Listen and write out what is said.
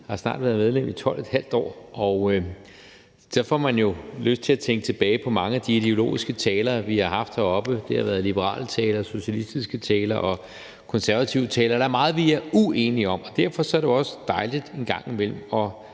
Jeg har snart været medlem i 12½ år. Så får man jo lyst til at tænke tilbage på mange af de ideologiske taler, vi har haft heroppe. Det har været liberale taler, socialistiske taler og konservative taler. Der er meget, vi er uenige om. Derfor er det jo så også dejligt en gang imellem